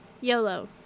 yolo